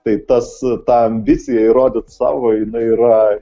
tai tas ta ambicija įrodyt savo jinai yra